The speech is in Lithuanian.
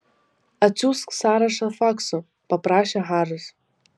atsiųsk sąrašą faksu paprašė haris